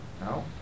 No